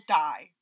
die